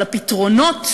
אבל הפתרונות